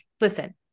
listen